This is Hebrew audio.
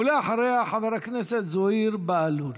ואחריה, חבר הכנסת זוהיר בהלול.